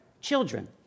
children